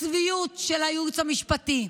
הצביעות של הייעוץ המשפטי,